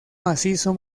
macizo